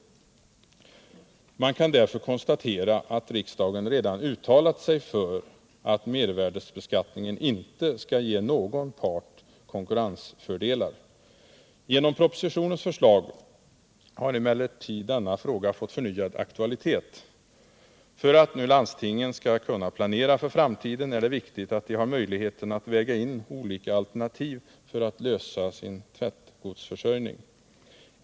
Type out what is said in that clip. Man kan därför konstatera att riksdagen = fabriksverkens redan uttalat sig för att mervärdebeskattningen icke skall ge någon part tvätterier konkurrensfördelar. Genom propositionens förslag har emellertid denna fråga fått förnyad aktualitet. För att landstingen skall kunna planera för framtiden är det viktigt att de har möjligheten att väga olika alternativ för att lösa sin tvättgodsförsörjning.